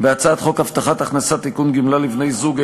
בהצעת חוק הבטחת הכנסה (תיקון גמלה לבני זוג),